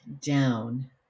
down